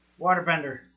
Waterbender